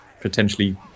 potentially